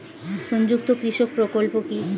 সংযুক্ত কৃষক প্রকল্প কি?